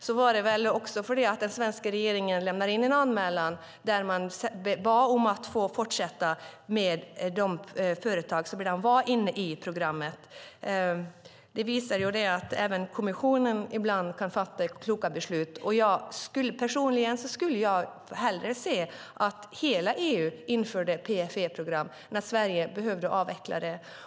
Det berodde väl också på att den svenska regeringen lämnade in en anmälan där man bad att få fortsätta med de företag som redan var inne i programmet. Det visar att även kommissionen ibland kan fatta kloka beslut. Personligen skulle jag hellre se att hela EU införde PFE-program när Sverige behövde avveckla det.